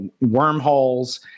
wormholes